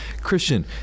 Christian